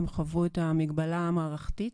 הם חוו את המגבלה המערכתית,